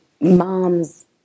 moms